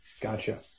Gotcha